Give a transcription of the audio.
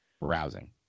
Rousing